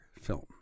film